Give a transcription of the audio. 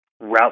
route